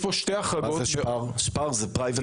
--- זה פרייבט לייבל.